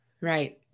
Right